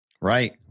right